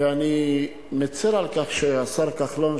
ואני מצר על כך שהשר כחלון,